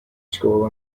school